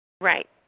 Right